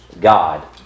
God